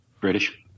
British